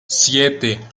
siete